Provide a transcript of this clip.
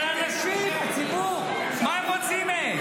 אבל אנשים, הציבור, מה הם רוצים מהם?